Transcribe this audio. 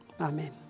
amen